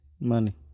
Money